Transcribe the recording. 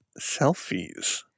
selfies